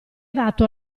adatto